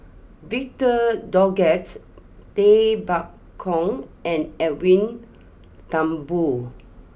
Victor Doggett Tay Bak Koi and Edwin Thumboo